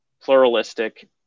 pluralistic